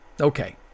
okay